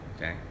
Okay